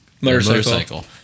motorcycle